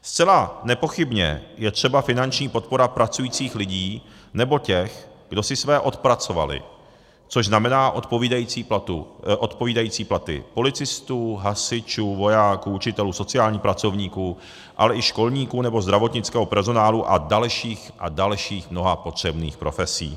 Zcela nepochybně je třeba finanční podpora pracujících lidí nebo těch, kdo si své odpracovali, což znamená odpovídající platy policistů, hasičů, vojáků, učitelů, sociálních pracovníků, ale i školníků nebo zdravotnického personálu a dalších a dalších mnoha potřebných profesí.